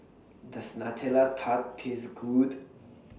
Does Nutella Tart Taste Good